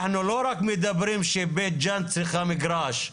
אנחנו לא רק מדברים שבית ג'אן צריכה מגרש.